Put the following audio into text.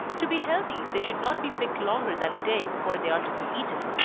to be healthy they should not be picked longer than a day before they are to be eaten.